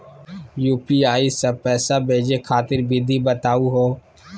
UPI स पैसा भेजै खातिर विधि बताहु हो?